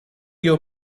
your